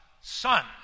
son